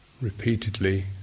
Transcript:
Repeatedly